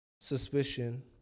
suspicion